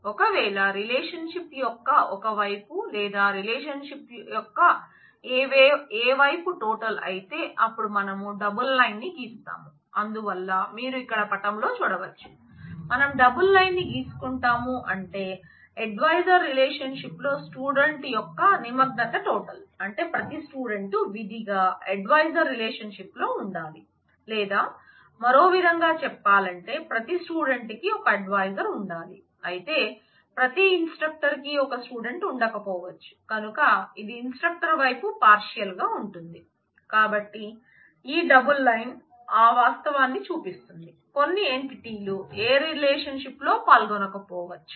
ఒక రిలేషన్షిప్ లు ఏ రిలేషన్షిప్ లో పాల్గొనకపోవచ్చు